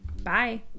Bye